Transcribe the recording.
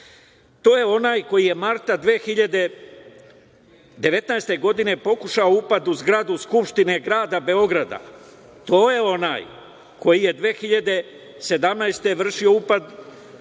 To je onaj koji je marta 2019. godine, pokušao upad u zgradu Skupštine grada Beograda, to je onaj koji je 2017. godine, vršio upad u RTS